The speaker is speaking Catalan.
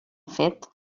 fet